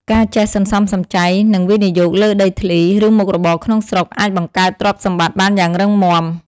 ការចេះសន្សំសំចៃ និងវិនិយោគលើដីធ្លី ឬមុខរបរក្នុងស្រុក អាចបង្កើតទ្រព្យសម្បត្តិបានយ៉ាងរឹងមាំ។